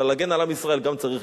אבל להגן על עם ישראל גם צריך,